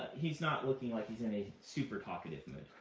he's not looking like he's in a super talkative mood.